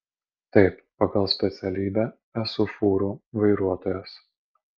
taip pagal specialybę esu fūrų vairuotojas